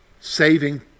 saving